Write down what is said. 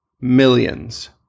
millions